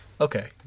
Okay